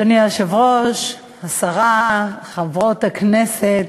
אדוני היושב-ראש, השרה, חברות הכנסת,